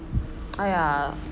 !aiya!